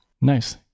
Nice